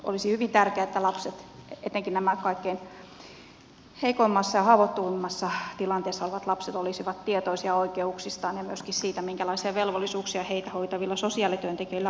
olisi hyvin tärkeää että lapset etenkin nämä kaikkein heikoimmassa ja haavoittuvimmassa tilanteessa olevat lapset olisivat tietoisia oikeuksistaan ja myöskin siitä minkälaisia velvollisuuksia heitä hoitavilla sosiaalityöntekijöillä on